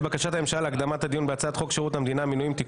בקשת הממשלה להקדמת הדיון בהצעת חוק שירות המדינה (מינויים) (תיקון